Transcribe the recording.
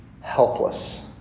Helpless